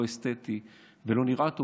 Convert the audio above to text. לא אסתטי ולא נראה טוב,